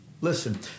Listen